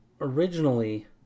originally